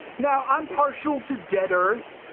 now, i'm partial to dead earth,